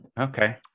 Okay